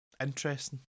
Interesting